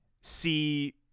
see